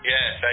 Yes